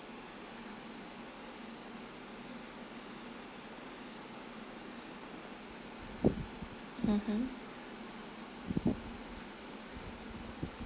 mmhmm